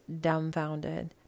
dumbfounded